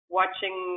watching